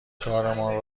کارمان